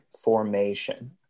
formation